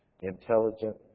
intelligent